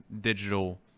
digital